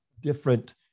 different